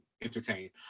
entertain